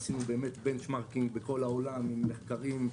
עשינו בנצ'מרקינג בכל העולם עם מחקרים,